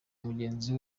mugenzi